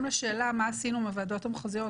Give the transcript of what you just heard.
גם לשאלה מה עשינו עם הוועדות המחוזיות,